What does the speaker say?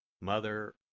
Mother